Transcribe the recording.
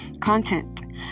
content